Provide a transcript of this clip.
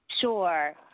Sure